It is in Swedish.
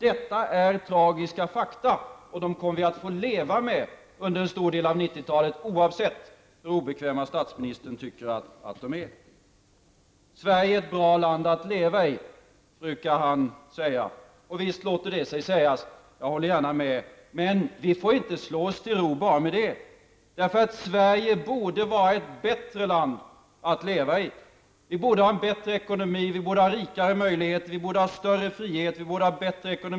Detta är tragiska fakta och dessa kommer vi att få leva med under en stor del av 90-talet -- oavsett hur obekvämt statsministern tycker att detta är. ''Sverige är ett bra land att leva i'', brukar statsministern säga. Visst låter det sig sägas. Jag håller gärna med. Men vi får inte slå oss till ro bara med detta. Sverige borde vara ett bättre land att leva i. Vi borde ha en bättre ekonomi, rikare möjligheter och större frihet.